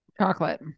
Chocolate